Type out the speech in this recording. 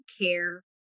care